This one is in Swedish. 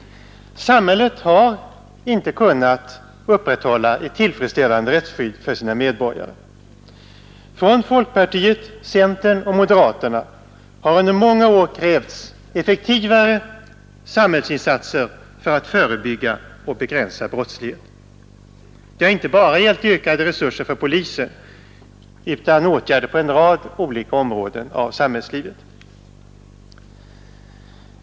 Samhället har inte kunnat upprätthålla ett tillfredställande rättsskydd för sina medborgare. Från folkpartiet, centern och moderaterna har under många år krävts effektivare samhällsinsatser för att förebygga och begränsa brottsligheten. Det har inte bara gällt ökade resurser för polisen utan åtgärder på en rad olika områden av samhällslivet.